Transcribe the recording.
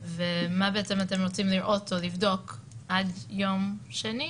ומה בעצתם אתם רואים לראות או לבדוק עד יום שני,